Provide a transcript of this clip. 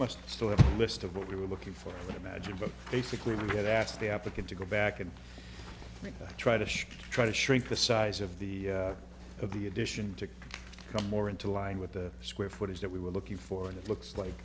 must still have a list of what we were looking for imagine but basically we get asked the applicant to go back and try to show try to shrink the size of the of the addition to become more into line with the square footage that we were looking for and it looks like